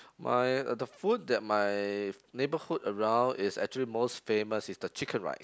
my the food that my neighborhood around is actually most famous is the Chicken Rice